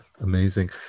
Amazing